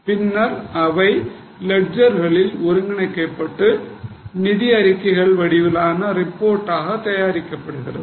பின்னர் அவை லெட்ஜெர்களில் ஒருங்கிணைக்கப்பட்டு நிதி அறிக்கைகள் வடிவிலான ரிப்போர்டாக தயாரிக்கப்படுகிறது